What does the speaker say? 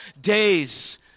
days